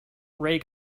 ray